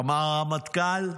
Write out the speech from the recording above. אמר הרמטכ"ל.